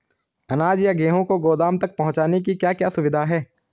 अनाज या गेहूँ को गोदाम तक पहुंचाने की क्या क्या सुविधा है?